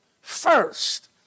first